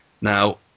now